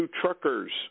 truckers